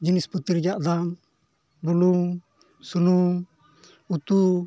ᱡᱤᱱᱤᱥ ᱯᱟᱹᱛᱤ ᱨᱮᱭᱟᱜ ᱫᱟᱢ ᱵᱩᱞᱩᱝ ᱥᱩᱱᱩᱢ ᱩᱛᱩ